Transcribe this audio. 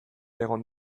egon